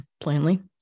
plainly